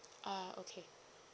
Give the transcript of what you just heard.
ah okay